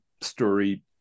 story